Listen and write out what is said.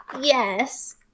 Yes